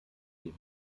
dem